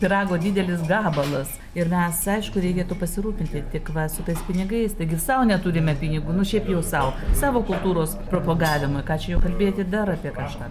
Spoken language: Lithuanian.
pyrago didelis gabalas ir mes aišku reikėtų pasirūpinti tik va su tais pinigais taigi sau neturime pinigų nu šiaip jau sau savo kultūros propagavimui ką čia jau kalbėti dar apie kažką